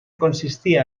consistia